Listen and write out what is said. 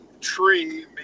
tree